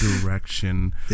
direction